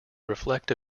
reflect